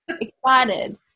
excited